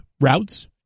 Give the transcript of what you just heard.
routes